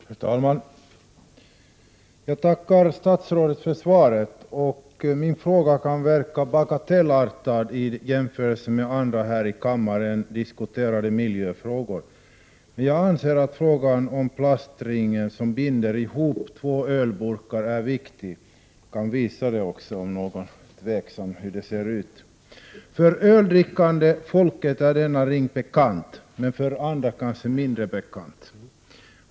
Herr talman! Jag tackar statsrådet för svaret. Min fråga kan verka bagatellartad i jämförelse med andra här i kammaren diskuterade miljöfrågor. Men jag anser att frågan om plastringen som binder ihop två ölburkar är viktig. Jag kan visa upp en sådan ring om någon är tveksam om hur den ser ut. För öldrickande folk är denna ring bekant men för andra kanske mindre bekant.